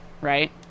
right